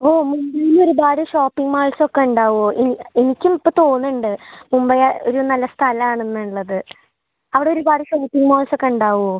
ഓ മുബൈയിൽ ഒരുപാട് shopping malls ഒക്കെ ഉണ്ടാവുമോ ഈ എനിക്കും ഇപ്പോൾ തോന്നുന്നുണ്ട് മുംബൈ ഒരു നല്ല സ്ഥലമാണെന്നുള്ളത് അവിടെ ഒരുപാട് ഷോപ്പിംഗ് മാൾസ് ഒക്കെ ഉണ്ടാവുമോ